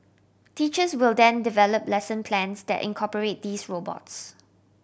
teachers will then develop lesson plans that incorporate these robots